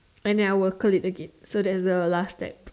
and then I will Curl it again so that's a last step